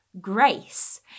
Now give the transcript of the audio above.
grace